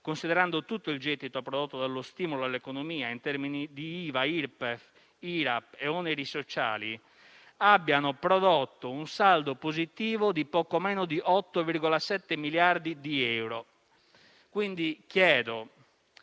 considerando tutto il gettito prodotto dallo stimolo all'economia in termini di IVA, Irpef, IRAP e oneri sociali, abbiano prodotto un saldo positivo di poco meno di 8,7 miliardi di euro. Chiedo,